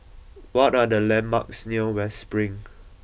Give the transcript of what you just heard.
what are the landmarks near West Spring